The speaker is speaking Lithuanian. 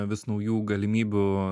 vis naujų galimybių